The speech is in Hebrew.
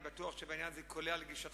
אני בטוח שבעניין הזה אני קולע לגישתך,